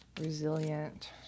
Resilient